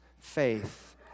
faith